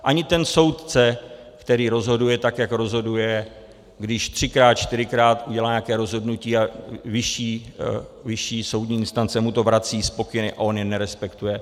Ani ten soudce, který rozhoduje tak, jak rozhoduje, když třikrát čtyřikrát udělá nějaké rozhodnutí a vyšší soudní instance mu to vrací s pokyny a on je nerespektuje.